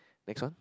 next one